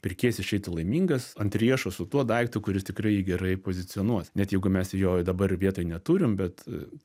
pirkėjas išeitų laimingas ant riešo su tuo daiktu kuris tikrai jį gerai pozicionuos net jeigu mes jo dabar vietoj neturim bet